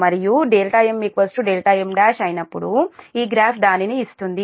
మరియు δm m1అయినప్పుడు ఈ గ్రాఫ్ దానిని ఇస్తుంది